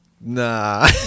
Nah